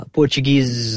Portuguese